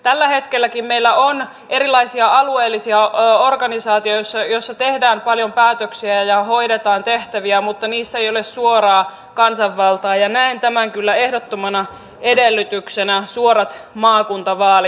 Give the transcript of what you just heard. tällä hetkelläkin meillä on erilaisia alueellisia organisaatioita joissa tehdään paljon päätöksiä ja hoidetaan tehtäviä mutta niissä ei ole suoraa kansanvaltaa ja näen tämän kyllä ehdottomana edellytyksenä suorat maakuntavaalit